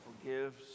forgives